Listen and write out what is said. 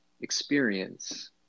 experience